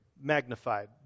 magnified